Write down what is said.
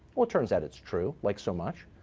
it turns out it's true, like so much.